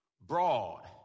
broad